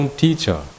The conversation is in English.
teacher